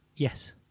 Yes